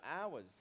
hours